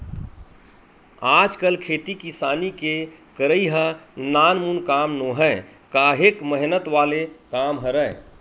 आजकल खेती किसानी के करई ह नानमुन काम नोहय काहेक मेहनत वाले काम हरय